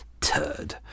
Turd